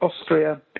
Austria